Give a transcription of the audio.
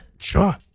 Sure